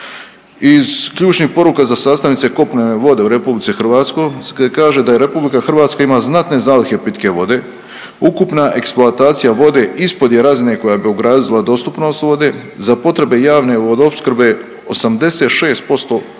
Iz ključnih poruka za sastavnice kopnene vode u RH kaže da RH ima znatne zalihe pitke vode, ukupna eksploatacija vode ispod je razine koja bi ugrozila dostupnost vode, za potrebe javne vodoopskrbe 86% vode